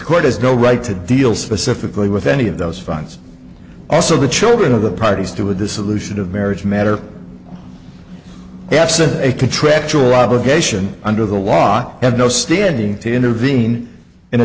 court has no right to deal specifically with any of those funds also the children of the parties to a dissolution of marriage matter absent a contractual obligation under the law have no standing to intervene in